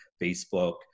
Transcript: Facebook